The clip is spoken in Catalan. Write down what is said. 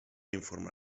informa